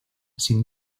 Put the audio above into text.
sin